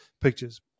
pictures